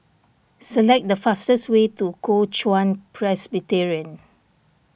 select the fastest way to Kuo Chuan Presbyterian